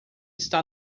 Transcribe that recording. está